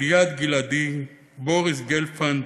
ליעד גלעדי, בוריס גלפנד,